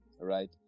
right